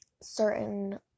certain